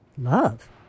Love